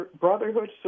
brotherhood